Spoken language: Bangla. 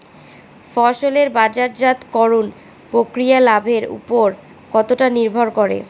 ফসলের বাজারজাত করণ প্রক্রিয়া লাভের উপর কতটা নির্ভর করে?